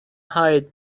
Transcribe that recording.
hurried